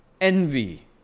envy